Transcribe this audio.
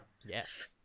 Yes